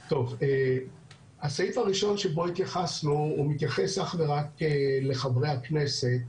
הסעיף הראשון שבו התייחסנו מתייחס אך ורק לחברי הכנסת.